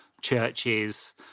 churches